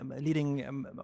leading